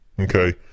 okay